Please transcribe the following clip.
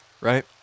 right